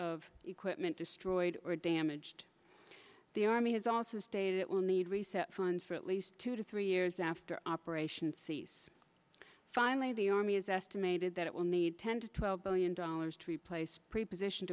of equipment destroyed or damaged the army has also stated it will need reset funds for at least two to three years after operation cease finally the army is estimated that it will need ten to twelve billion dollars to replace prepositioned